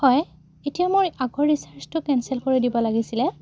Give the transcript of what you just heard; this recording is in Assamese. হয় এতিয়া মোৰ আগৰ ৰিচাৰ্জটো কেঞ্চেল কৰি দিব লাগিছিলে